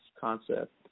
concept